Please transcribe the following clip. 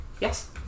Yes